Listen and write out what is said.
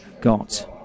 got